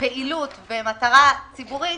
פעילות ומטרה ציבורית